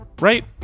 Right